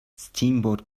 steamboat